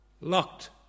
Locked